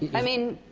i mean,